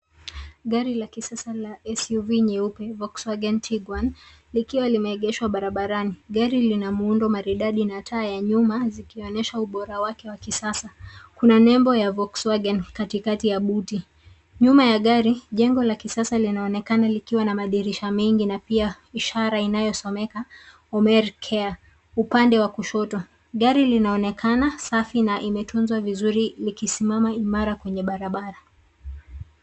Gari la kisasa la SUV nyeupe, Volkswagen Tiguan, likiwa limeegeshwa barabarani. Gari lina muundo maridadi na taa ya nyuma, zikionyesha ubora wake wa kisasa. Kuna nembo ya Volkswagen katikati ya buti. Nyuma ya gari, jengo la kisasa linaonekana, likiwa na madirisha mengi na pia ishara inayosomeka Homeri Care upande wa kushoto. Gari linaonekana safi na imetunzwa vizuri, likisimama imara kwenye barabara.